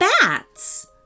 bats